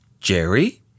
Jerry